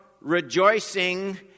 rejoicing